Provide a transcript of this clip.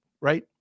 right